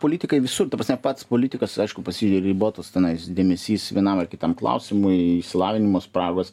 politikai visur ta prasme pats politikas aišku pas jį ribotas tenais dėmesys vienam ar kitam klausimui išsilavinimo spragos